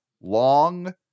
long